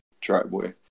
driveway